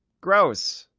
gross.